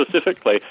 specifically